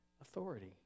authority